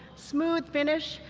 smooth finish,